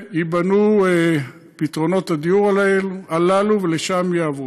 ייבנו פתרונות הדיור הללו ולשם הם יעברו.